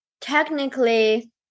Technically